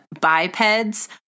bipeds